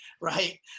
right